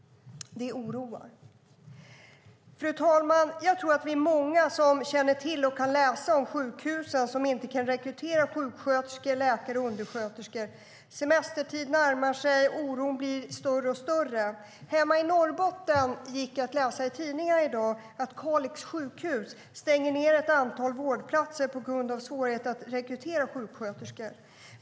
Det oroar. Fru talman! Jag tror att vi är många som känner till och kan läsa om sjukhusen som inte kan rekrytera sjuksköterskor, läkare och undersköterskor. Semestertiden närmar sig, och oron blir större och större. I tidningar hemma i Norrbotten kunde man i dag läsa att Kalix sjukhus stänger ett antal vårdplatser på grund av svårigheter att rekrytera sjuksköterskor.